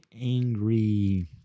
angry